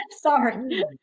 Sorry